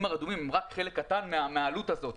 הרדומים הם רק חלק קטן מהעלות הזאת.